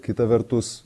kita vertus